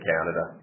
Canada